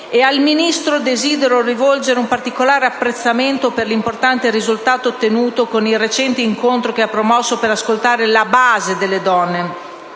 Ministro, desidero rivolgere un particolare apprezzamento per l'importante risultato ottenuto con il recente incontro che ha promosso per ascoltare la base, o